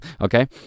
Okay